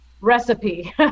recipe